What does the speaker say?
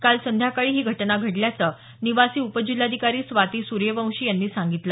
काल संध्याकाळी ही घटना घडल्याचं निवासी उपजिल्हाधिकारी स्वाती सुर्यवंशी यांनी सांगितलं